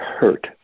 hurt